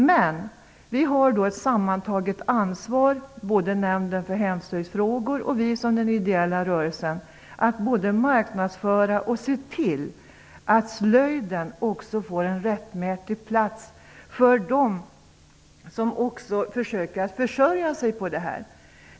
Men både Nämnden för hemslöjdsfrågor och vi som en ideell rörelse har ett sammantaget ansvar för marknadsföring och för att se till att slöjden får en rättmätig plats också för dem som försöker försörja sig på sådant här.